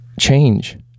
change